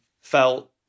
felt